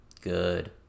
Good